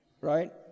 right